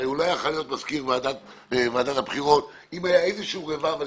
הרי הוא לא יכול היה להיות מזכיר ועדת הבחירות אם היה איזשהו רבב על